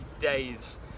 days